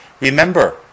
Remember